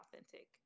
authentic